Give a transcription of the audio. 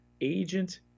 agent